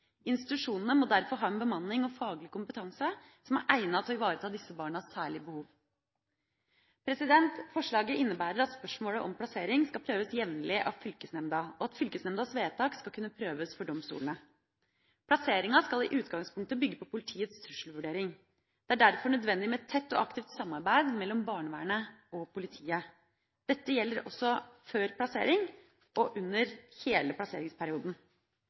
Institusjonene må derfor ha en bemanning og faglig kompetanse som er egnet til å ivareta disse barnas særlige behov. Forslaget innebærer at spørsmålet om plassering skal prøves jevnlig av fylkesnemnda, og at fylkesnemndas vedtak skal kunne prøves for domstolene. Plasseringa skal i utgangspunktet bygge på politiets trusselvurdering. Det er derfor nødvendig med et tett og aktivt samarbeid mellom barnevernet og politiet. Dette gjelder også før plassering og under hele plasseringsperioden.